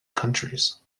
countries